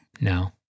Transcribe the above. No